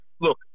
look